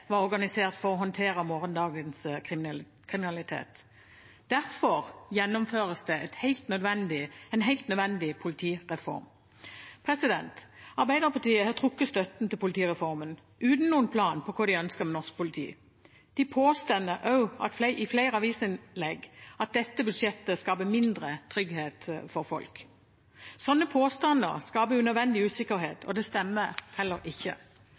var organisert for å håndtere morgendagens kriminalitet. Derfor gjennomføres det en helt nødvendig politireform. Arbeiderpartiet har trukket støtten til politireformen uten noen plan for hva de ønsker med norsk politi. De påstår også i flere avisinnlegg at dette budsjettet skaper mindre trygghet for folk. Slike påstander skaper unødvendig usikkerhet, og de stemmer heller ikke. Dette budsjettet fortsetter økningen til politiet. Det